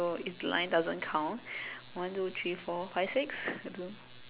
so if the line doesn't count one two three four five six do